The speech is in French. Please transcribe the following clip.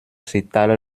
s’étale